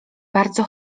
bardzo